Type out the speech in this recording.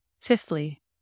fifthly